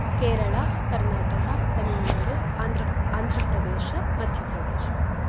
Kerala Karnataka Tamil Nadu Andhra Andhra Pradesh Madhya Pradesh